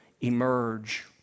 emerge